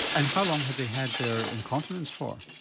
and how long had they had their incontinence for?